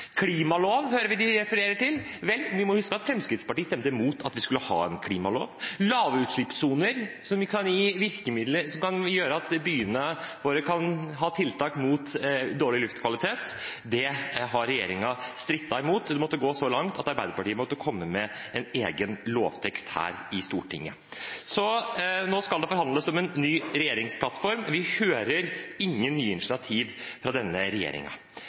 til. Vel, vi må huske at Fremskrittspartiet stemte mot at vi skulle ha en klimalov. Lavutslippssoner, som kan gjøre at byene våre kan ha tiltak mot dårlig luftkvalitet, har regjeringen strittet imot. Det gikk så langt at Arbeiderpartiet måtte komme med en egen lovtekst her i Stortinget. Nå skal det forhandles om en ny regjeringsplattform. Vi hører ikke om nye initiativ fra denne